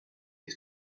its